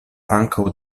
ankaŭ